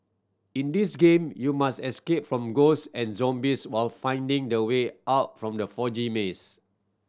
in this game you must escape from ghosts and zombies while finding the way out from the foggy maze